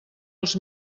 els